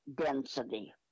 density